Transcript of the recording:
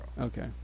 Okay